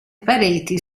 pareti